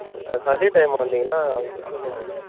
ஆமாம் சண்டே டைமாக வந்தீங்கன்னா உங்களுக்கு